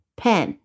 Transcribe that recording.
pen